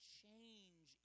change